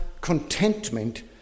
contentment